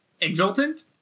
exultant